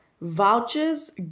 Vouchers